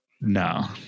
No